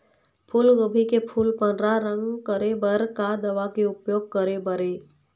फूलगोभी के फूल पर्रा रंग करे बर का दवा के उपयोग करे बर ये?